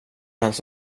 hans